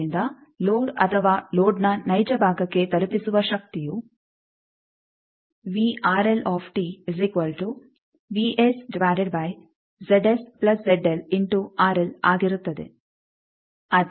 ಆದ್ದರಿಂದ ಲೋಡ್ ಅಥವಾ ಲೋಡ್ನ ನೈಜ ಭಾಗಕ್ಕೆ ತಲುಪಿಸುವ ಶಕ್ತಿಯು ಆಗಿರುತ್ತದೆ